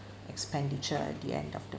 expenditure at the end of the